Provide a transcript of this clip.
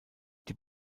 die